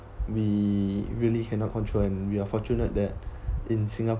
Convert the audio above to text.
we really cannot control and we're fortunate that in singapore